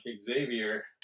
Xavier